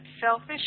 selfish